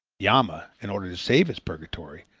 yama, in order to save his purgatory,